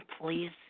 Please